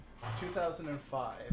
2005